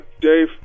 Dave